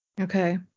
Okay